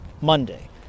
Monday